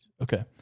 Okay